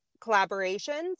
collaborations